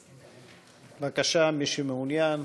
בבקשה, מי שמעוניין